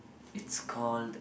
it's called